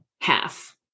half